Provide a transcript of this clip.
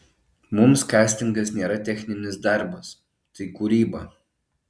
mums kastingas nėra techninis darbas tai kūryba